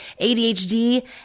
ADHD